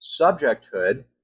subjecthood